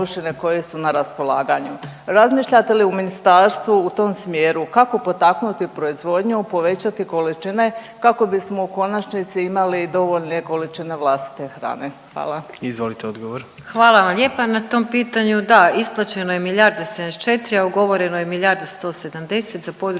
(HDZ)** Izvolite odgovor.